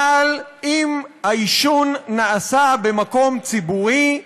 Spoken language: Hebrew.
אבל אם העישון נעשה במקום ציבורי,